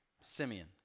Simeon